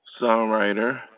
songwriter